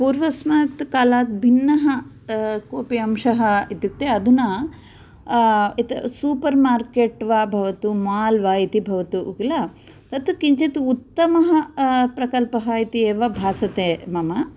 पूर्वस्मात् कालात् भिन्नः कोऽपि अंशः इत्युक्ते अधुना सूपर् मार्केट् वा भवतु माल् वा इति भवतु किल तत् किञ्चित् उत्तमः प्रकल्पः इति एव भासते मम